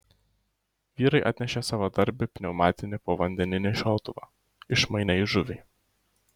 vyrai atnešė savadarbį pneumatinį povandeninį šautuvą išmainė į žuvį